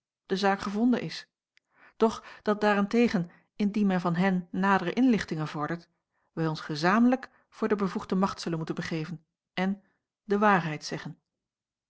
de zaak gevonden is doch dat daar-en-tegen indien men van hen nadere inlichtingen vordert wij ons gezamentlijk voor de bevoegde macht zullen moeten begeven en de waarheid zeggen